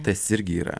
tas irgi yra